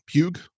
Pug